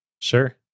Sure